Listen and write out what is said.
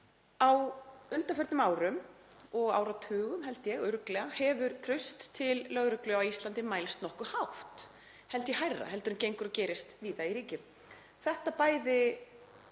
Á undanförnum árum, og áratugum held ég, örugglega, hefur traust til lögreglu á Íslandi mælst nokkuð hátt, held ég, hærra en gengur og gerist víða í ríkjum. Þetta gerir